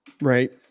right